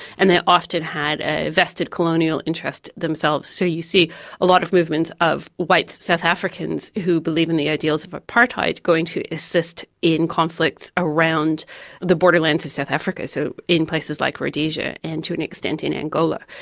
and they often had a vested colonial interest themselves. so you see a lot of movements of white south africans who believed in the ideals of apartheid going to assist in conflicts around the borderlands borderlands of south africa, so in places like rhodesia and to an extent in angola.